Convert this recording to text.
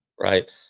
right